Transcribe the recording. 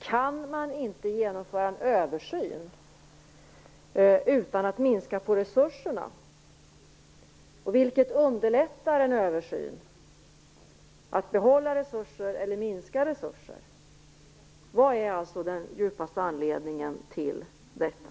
Kan man inte genomföra en översyn utan att minska resurserna? Vilket underlättar en översyn - att behålla resurser eller minska resurser? Vad är alltså djupast sett anledningen till detta?